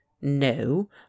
No